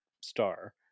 star